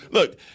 Look